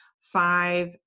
five